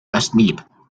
asleep